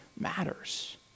matters